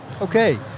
Okay